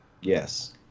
Yes